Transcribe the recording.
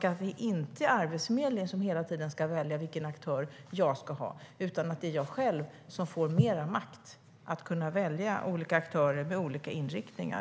Det ska inte vara Arbetsförmedlingen som hela tiden väljer vilken aktör jag ska ha, utan jag ska få mer makt att själv kunna välja mellan olika aktörer med olika inriktningar.